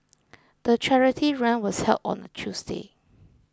the charity run was held on a Tuesday